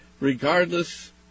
regardless